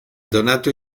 donato